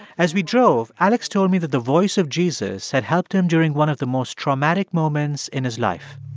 as we drove, alex told me that the voice of jesus had helped him during one of the most traumatic moments in his life.